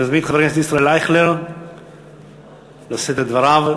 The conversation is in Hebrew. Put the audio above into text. אני מזמין את חבר הכנסת ישראל אייכלר לשאת את דבריו.